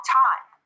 time